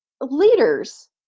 leaders